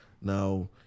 Now